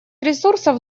ресурсов